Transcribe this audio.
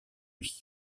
lui